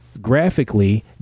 graphically